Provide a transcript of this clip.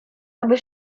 aby